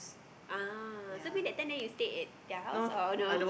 ah so mean that time then you stay at their house or no